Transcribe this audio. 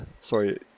sorry